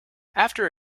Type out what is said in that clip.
after